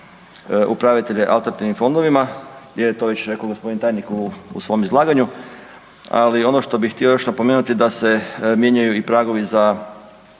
upravitelje alternativnim fondovima jer to je već rekao gospodin tajnik u svom izlaganju, ali ono što bih htio još napomenuti da se mijenjaju i pragovi za